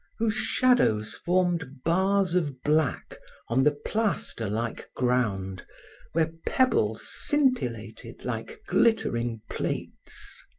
whose shadows formed bars of black on the plaster-like ground where pebbles scintillated like glittering plates.